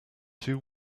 two